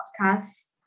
podcast